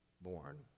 born